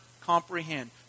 comprehend